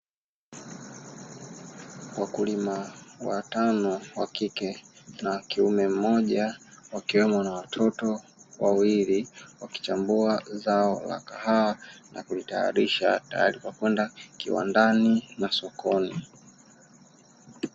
Wakulima watano wakike na wakiume mmoja, wakiwemo na watoto wawili wakichambua zao la kahawa nakutayarisha tayari kwenda kiwandani na sokoni.